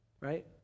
Right